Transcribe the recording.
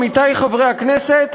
עמיתי חברי הכנסת,